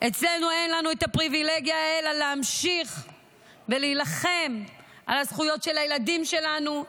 אצלנו אין את הפריבילגיה אלא להמשיך ולהילחם על הזכויות של הילדים שלנו,